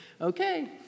okay